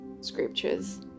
scriptures